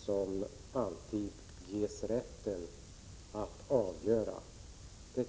skall ges rätten att avgöra.